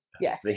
Yes